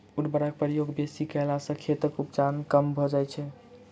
उर्वरकक प्रयोग बेसी कयला सॅ खेतक उपजाउपन कम भ जाइत छै